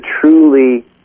truly